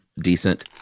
decent